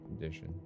condition